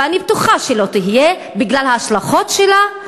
ואני בטוחה שלא תהיה, בגלל ההשלכות שלה,